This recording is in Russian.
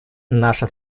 наша